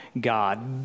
God